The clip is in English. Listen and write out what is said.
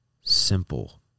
simple